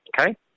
Okay